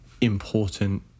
important